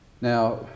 Now